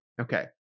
okay